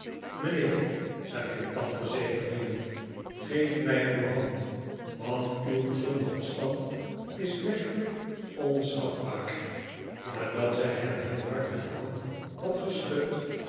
mijnheer dick zei mijn tante zegevierend geef mij uw hand want uw gezonde verstand is werkelijk onschatbaar nadat zij hem heel hartelijk de hand had geschud